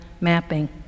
mapping